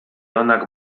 onak